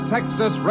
Texas